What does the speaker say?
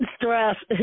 Stress